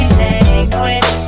language